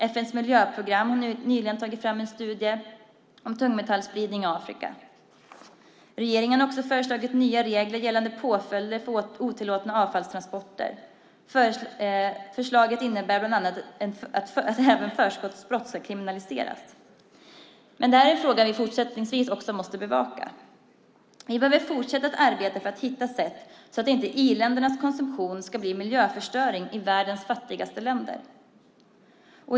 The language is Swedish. Inom FN:s miljöprogram har man nyligen tagit fram en studie om tungmetallsspridning i Afrika. Regeringen har också föreslagit nya regler gällande påföljder för otillåtna avfallstransporter. Förslaget innebär bland annat att även försök till brott ska kriminaliseras. Det är en fråga som vi också fortsättningsvis måste bevaka. Vi behöver fortsätta att arbeta på att hitta sätt så att inte i-ländernas konsumtion blir miljöförstöring i världens fattigaste länder.